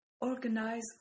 organize